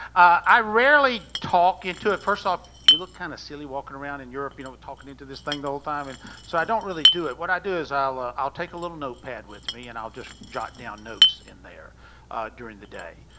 i rarely talk into it first off, you look kinda silly walking around in europe you know talking into this thing the whole time and so i don't really do it. what i do is i'll ah i'll take a little notepad with me and i'll just jot down notes in there during the day.